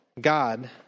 god